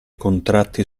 contratti